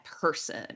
person